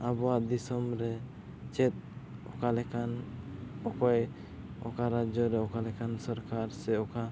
ᱟᱵᱚᱣᱟᱜ ᱫᱤᱥᱚᱢᱨᱮ ᱪᱮᱫ ᱚᱠᱟ ᱞᱮᱠᱟᱱ ᱚᱠᱚᱭ ᱚᱠᱟ ᱨᱟᱡᱽᱡᱚᱨᱮ ᱚᱠᱟ ᱞᱮᱠᱟᱱ ᱥᱚᱨᱠᱟᱨ ᱥᱮ ᱚᱠᱟ